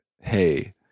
hey